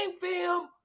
film